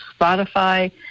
Spotify